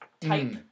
type